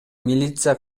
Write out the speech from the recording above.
милиция